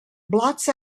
blots